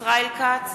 ישראל כץ,